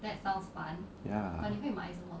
ya